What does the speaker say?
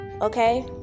okay